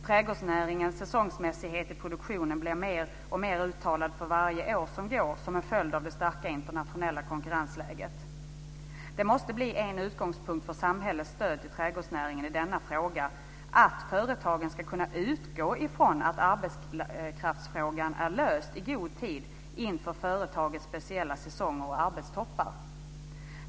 Trädgårdsnäringens säsongsmässighet i produktionen blir mer och mer uttalad för varje år som går som en följd av det starka internationella konkurrensläget. Det måste bli en utgångspunkt för samhällets stöd till trädgårdsnäringen i denna fråga att företagen ska kunna utgå ifrån att arbetskraftsfrågan är löst i god tid före företagets speciella säsonger och arbetstoppar.